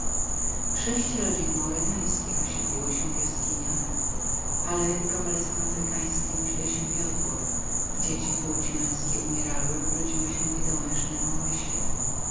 sześć rodzin maurytańskich osiedliło się w jaskiniach ale gomelezom afrykańskim źle się wiodło dzieci płci męzkiej umierały lub rodziły się niedołężne na